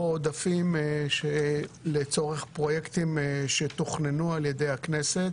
עודפים שלצורך פרויקטים שתוכננו על ידי הכנסת